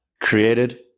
created